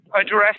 address